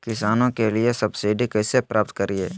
किसानों के लिए सब्सिडी कैसे प्राप्त करिये?